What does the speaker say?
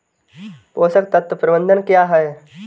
पोषक तत्व प्रबंधन क्या है?